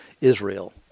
Israel